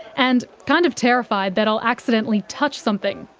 and kind of terrified that i'll accidentally touch something.